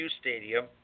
Stadium